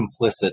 complicit